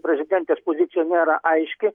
prezidentės pozicija nėra aiški